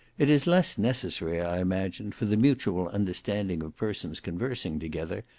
it is less necessary, i imagine, for the mutual understanding of persons conversing together,